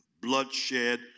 bloodshed